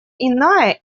иная